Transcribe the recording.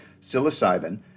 psilocybin